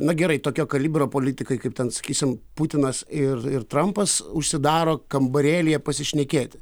na gerai tokio kalibro politikai kaip ten sakysim putinas ir ir trampas užsidaro kambarėlyje pasišnekėti